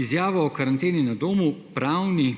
Izjavo o karanteni na domu »pravni